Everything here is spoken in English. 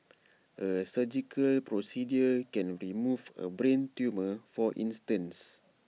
A surgical procedure can remove A brain tumour for instance